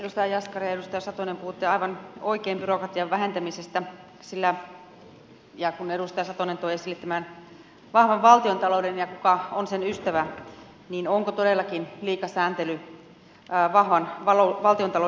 edustaja jaskari ja edustaja satonen puhuitte aivan oikein byrokratian vähentämisestä ja kun edustaja satonen toi esille tämän vahvan valtiontalouden ja kysyi kuka on sen ystävä niin onko todellakin liika sääntely vahvan valtiontalouden ystävä